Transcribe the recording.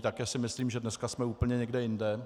Také si myslím, že dneska jsme úplně někde jinde.